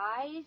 eyes